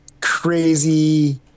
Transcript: crazy